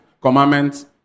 commandments